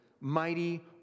mighty